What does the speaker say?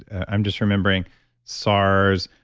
i'm just remembering sars,